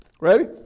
Ready